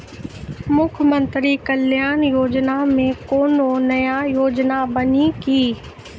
मुख्यमंत्री कल्याण योजना मे कोनो नया योजना बानी की?